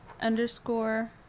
underscore